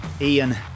Ian